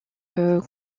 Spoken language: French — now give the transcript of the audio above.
les